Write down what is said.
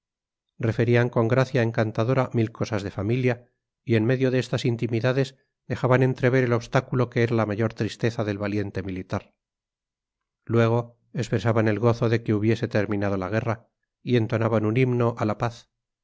referían con gracia encantadora mil cosas de familia y en medio de estas intimidades dejaban entrever el obstáculo que era la mayor tristeza del valiente militar luego expresaban el gozo de que hubiese terminado la guerra y entonaban un himno a la paz